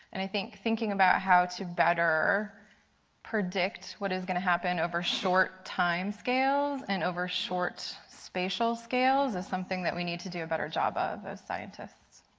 and i think thinking about how to better predict what is going to happen over short time scales and over short spatial skills is something that we need to do a better job of as scientists.